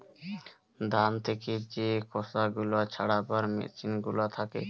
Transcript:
ধান থেকে যে খোসা গুলা ছাড়াবার মেসিন গুলা থাকে